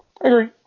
Agree